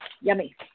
Yummy